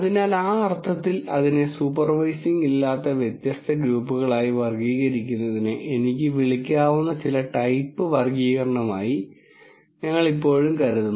അതിനാൽ ആ അർത്ഥത്തിൽ അതിനെ സൂപ്പർവൈസിങ് ഇല്ലാതെ വ്യത്യസ്ത ഗ്രൂപ്പുകളായി വർഗ്ഗീകരിക്കുന്നതിനെ എനിക്ക് വിളിക്കാവുന്ന ചില ടൈപ്പ് വർഗ്ഗീകരണമായി ഞങ്ങൾ ഇപ്പോഴും കരുതുന്നു